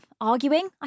arguing